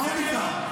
מה הוא נקרא, בנט?